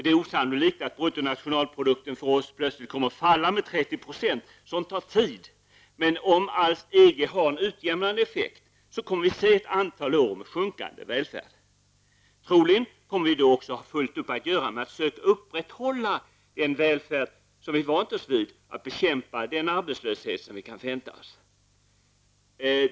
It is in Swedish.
Det är osannolikt att bruttonationalprodukten kommer att plötsligt falla med 30 %-- sådant tar tid -- men om EG alls har en utjämnande effekt kommer vi att se ett antal år med sjunkande välfärd. Troligen kommer vi då att ha fullt upp att göra med att söka upprätthålla den välfärd vi vant oss vid och att bekämpa den arbetslöshet som kan väntas.